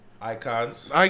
icons